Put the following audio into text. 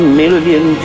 million